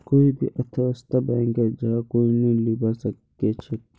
कोई भी अर्थव्यवस्थात बैंकेर जगह कोई नी लीबा सके छेक